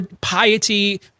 Piety